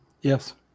yes